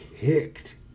kicked